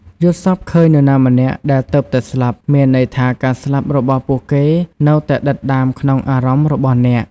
យល់សប្តិឃើញនណាម្នាក់ដែលទើបតែស្លាប់ មានន័យថាការស្លាប់របស់ពួកគេ នៅតែដិតដាមក្នុងអារម្មណ៍របស់អ្នក។